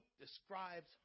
describes